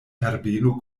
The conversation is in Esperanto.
herbeno